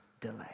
delay